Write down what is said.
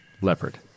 leopard